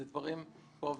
אלה דברים קרובים.